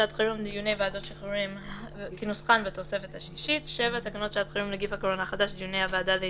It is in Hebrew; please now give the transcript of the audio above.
עשרות רבות של אסירים שגם עברו את השליש שלהם לא ניתן להם